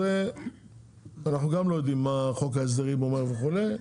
אנחנו לא יודעים מה אומר חוק ההסדרים וכו'.